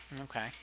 Okay